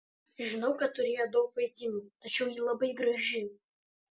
žinau kad turėjo daug vaikinų tačiau ji labai graži